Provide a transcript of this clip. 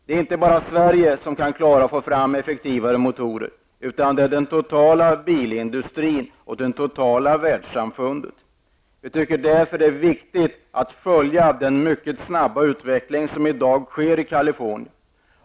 Det är inte bara Sverige som kan klara att få fram effektivare motorer, utan det är den totala bilindustrin och världssamfundet. Vi tycker därför att det är viktig att följa den snabba utveckling som sker i Californien.